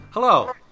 Hello